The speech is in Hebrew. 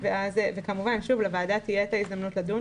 כמובן לוועדה תהיה את ההזדמנות לדון